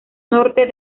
norte